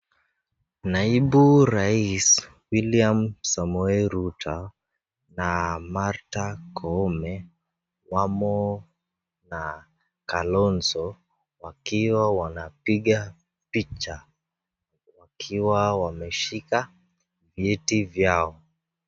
Naibu Rais William Samoei Ruto na Martha Koome wamo na Kalonzo; wakiwa wanapiga picha, wakiwa wanashika vyeti vyao.